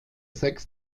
sechs